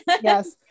Yes